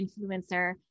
influencer